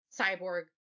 cyborg